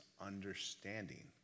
understanding